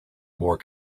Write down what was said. more